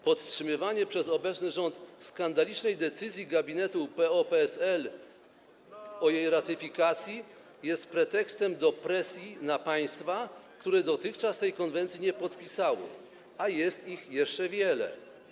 Podtrzymywanie przez obecny rząd skandalicznej decyzji gabinetu PO-PSL o jej ratyfikacji jest pretekstem do wywierania presji na państwa, które dotychczas tej konwencji nie podpisały, a jest ich jeszcze wiele.